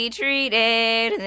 treated